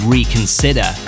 Reconsider